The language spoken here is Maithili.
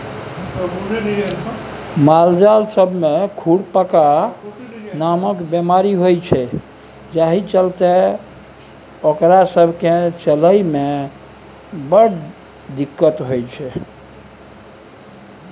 मालजाल सब मे खुरपका नामक बेमारी होइ छै जाहि चलते ओकरा सब केँ चलइ मे बड़ दिक्कत होइ छै